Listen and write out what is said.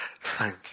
Thank